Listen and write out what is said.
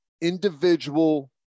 individual